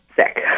sick